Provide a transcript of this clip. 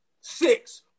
six